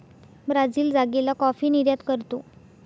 Brazil जागेला coffee निर्यात करतो